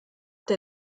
der